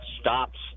stops